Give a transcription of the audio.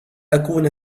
أكون